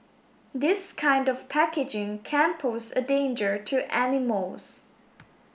this kind of packaging can pose a danger to animals